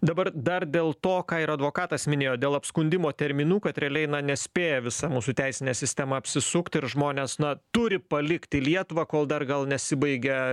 dabar dar dėl to ką ir advokatas minėjo dėl apskundimo terminų kad realiai na nespėja visa mūsų teisinė sistema apsisukt ir žmonės na turi palikti lietuvą kol dar gal nesibaigia